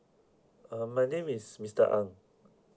uh my name is mister ng